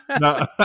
No